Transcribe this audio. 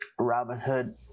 Robinhood